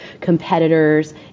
competitors